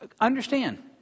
Understand